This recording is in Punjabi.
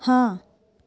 ਹਾਂ